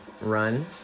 Run